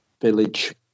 Village